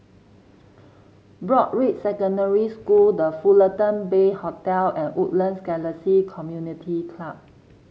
Broadrick Secondary School The Fullerton Bay Hotel and Woodlands Galaxy Community Club